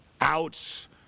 Outs